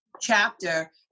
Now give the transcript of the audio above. chapter